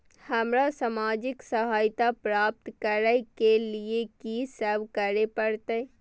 हमरा सामाजिक सहायता प्राप्त करय के लिए की सब करे परतै?